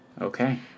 Okay